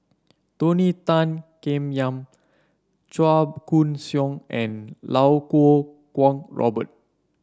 Tony Tan Keng Yam Chua Koon Siong and Iau Kuo Kwong Robert